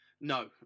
No